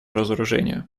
разоружению